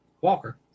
walker